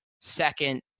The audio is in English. second